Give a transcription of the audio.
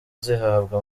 zihabwa